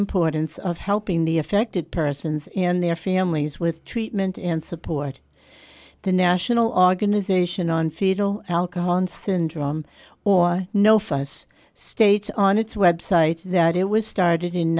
importance of helping the affected persons in their families with treatment and support the national organization on fetal alcohol syndrome or no fuss states on its website that it was started in